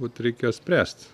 vat reikėjo spręst